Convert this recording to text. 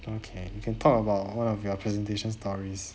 okay you can talk about one of your presentations stories